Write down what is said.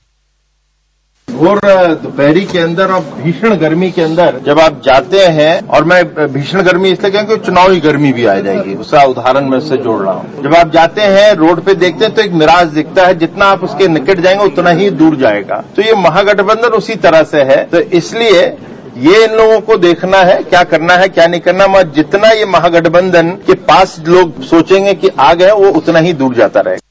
bite घोर द्रपहरी के अंदर और भीषण गर्मी के अंदर जब आप जाते हैं और मैं भीषण गर्मी इसलिए कह रहा हूं कि चुनाव की गर्मी भी आ जाएगी उसका उदाहरण से जोड़ रहा ह् जब जात हैं रोड पर देखते हैं तो एक निराशा दिखता है जितना आप उसके निकट जाएंगे उतना ही दूर जाएगा तो यह महागठबंधन उसी तरह से है तो इसलिए यह इन लोगों को देखना है कि क्या करना है क्या नहीं करना है जितना महागठबंधन के पास लोग सोचेंगे कि आ गए वह उतना ही दूर जाता रहेगा